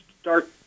start